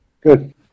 good